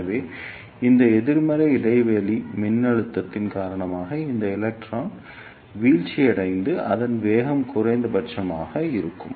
எனவே இந்த எதிர்மறை இடைவெளி மின்னழுத்தத்தின் காரணமாக இந்த எலக்ட்ரான் வீழ்ச்சியடைந்து அதன் வேகம் குறைந்தபட்சமாக இருக்கும்